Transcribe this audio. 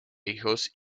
hijos